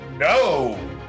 No